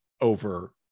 over